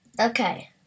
Okay